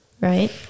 right